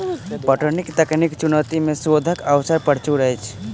पटौनीक तकनीकी चुनौती मे शोधक अवसर प्रचुर अछि